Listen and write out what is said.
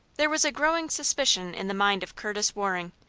there was a growing suspicion in the mind of curtis waring.